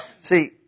See